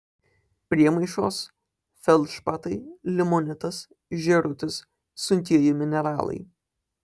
priemaišos feldšpatai limonitas žėrutis sunkieji mineralai